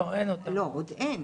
לא, עוד אין.